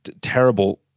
terrible